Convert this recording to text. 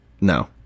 no